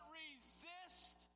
resist